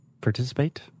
participate